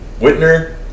Whitner